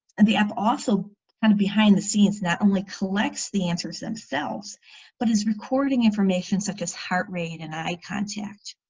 and the app also kind of behind the scenes not only collects the answers themselves but is recording information such as heart rate and eye contact.